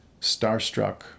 Starstruck